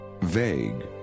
Vague